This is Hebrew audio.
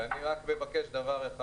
ואני רק מבקש דבר אחד.